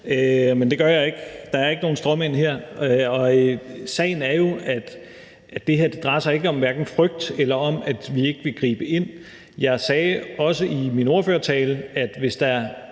Men det gør jeg ikke, for der er ikke nogen stråmænd her. Sagen er jo, at det her ikke drejer sig om frygt eller om, at vi ikke vil gribe ind. Jeg sagde også i min ordførertale, at hvis der